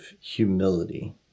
humility